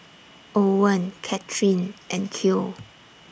Owen Katherine and Cale